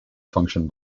function